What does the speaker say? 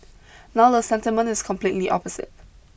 now the sentiment is completely opposite